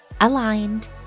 aligned